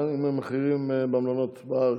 מה עם המחירים במלונות בארץ?